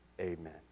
Amen